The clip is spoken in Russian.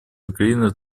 украины